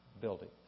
building